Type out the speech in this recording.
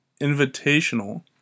Invitational